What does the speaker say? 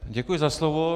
Děkuji za slovo.